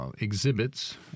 exhibits